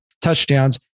touchdowns